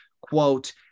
quote